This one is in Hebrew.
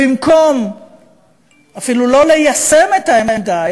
במקום אפילו לא ליישם את העמדה,